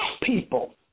people